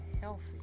healthy